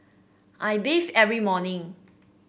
I bathe every morning